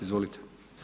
Izvolite.